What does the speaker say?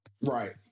Right